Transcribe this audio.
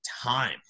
time